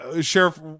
sheriff